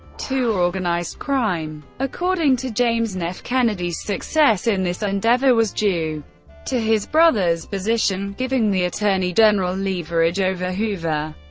to organized crime. according to james neff, kennedy's success in this endeavor was due to his brother's position, giving the attorney general leverage over hoover.